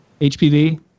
HPV